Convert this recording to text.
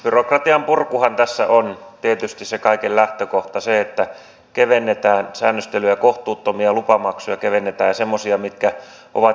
byrokratian purkuhan tässä on tietysti se kaiken lähtökohta se että kevennetään säännöstelyä ja kohtuuttomia lupamaksuja kevennetään semmoisia mitkä ovat järjenvastaisia